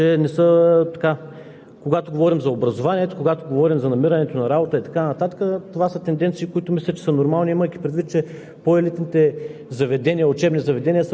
Тоест, казано е и в Доклада това, което казвате. Тук е важно да отчетем и една друга тенденция. Това, че младите хора в по-малките населени места казват, че не са –